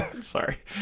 sorry